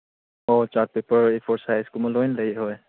ꯑꯣ chart paper A four size ꯀꯨꯝꯕ ꯂꯣꯏ ꯂꯩ ꯍꯣꯏ